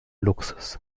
luxus